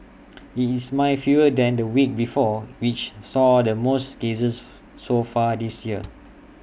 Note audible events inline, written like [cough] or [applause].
[noise] IT is nine fewer than the week before which saw the most cases so far this year